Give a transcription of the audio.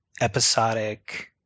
episodic